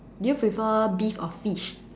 do you prefer beef or fish